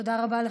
תודה רבה לך,